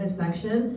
section